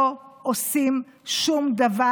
לא עושים שום דבר.